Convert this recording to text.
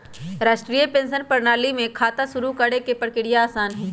राष्ट्रीय पेंशन प्रणाली में खाता शुरू करे के प्रक्रिया आसान हई